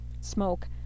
smoke